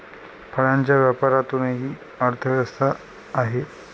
फळांच्या व्यापारातूनही अर्थव्यवस्था आहे